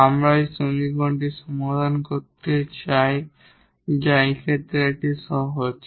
এবং আমরা এই সমীকরণটি সমাধান করতে চাই যা এই ক্ষেত্রে এটি একটি সহজ